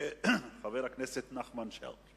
החוץ שלו, בעניינים של אחרים,